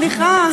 סליחה.